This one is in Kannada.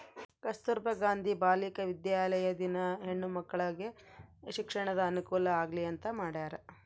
ಕಸ್ತುರ್ಭ ಗಾಂಧಿ ಬಾಲಿಕ ವಿದ್ಯಾಲಯ ದಿನ ಹೆಣ್ಣು ಮಕ್ಕಳಿಗೆ ಶಿಕ್ಷಣದ ಅನುಕುಲ ಆಗ್ಲಿ ಅಂತ ಮಾಡ್ಯರ